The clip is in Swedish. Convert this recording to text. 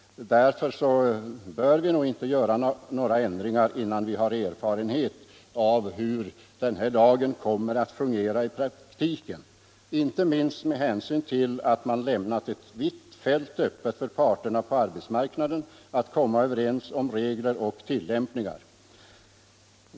Därför bör vi nog inte göra några ändringar = Vissa delpensionsinnan vi har erfarenhet av hur lagen kommer att fungera i praktiken, inte — frågor m.m. minst med hänsyn till att man lämnat ett vitt fält öppet för parterna på arbetsmarknaden att komma överens om regler och tillämpningar.